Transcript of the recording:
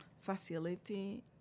facility